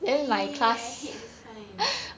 !ee! I hate this kind